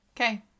okay